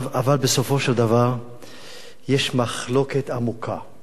אבל בסופו של דבר יש מחלוקת עמוקה-עמוקה.